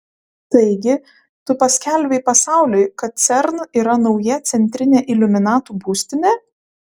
taigi tu paskelbei pasauliui kad cern yra nauja centrinė iliuminatų būstinė